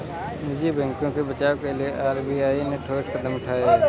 निजी बैंकों के बचाव के लिए आर.बी.आई ने ठोस कदम उठाए